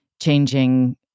changing